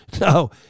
No